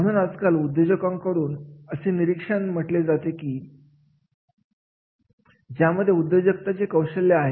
म्हणून आजकाल उद्योगांकडून असे निरीक्षण म्हणले जाते की ज्यांच्यामध्ये उद्योजकतेचे कौशल्य आहेत